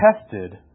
tested